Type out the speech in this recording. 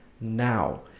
now